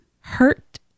hurt